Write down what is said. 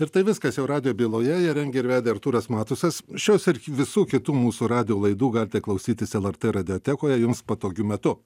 ir tai viskas jau radijo byloje ją rengė ir vedė artūras matusas šios ir visų kitų mūsų radijo laidų galite klausytis lrt radiotekoje jums patogiu metu